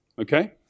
Okay